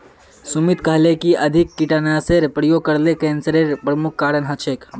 सुमित कहले कि अधिक कीटनाशेर प्रयोग करले कैंसरेर प्रमुख कारण हछेक